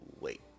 wait